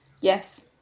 yes